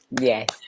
Yes